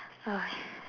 uh